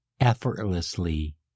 effortlessly